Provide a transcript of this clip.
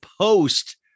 post